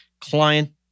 Client